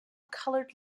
colored